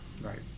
Right